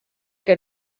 que